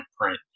print